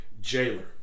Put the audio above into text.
jailer